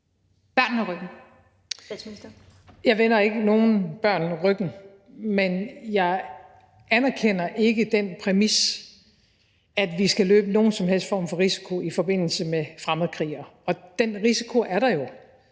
Frederiksen): Jeg vender ikke nogen børn ryggen, men jeg anerkender ikke den præmis, at vi skal løbe nogen som helst form for risiko i forbindelse med fremmedkrigere. Den risiko er der jo